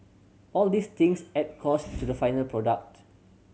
all these things add cost to the final product